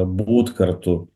būt kartu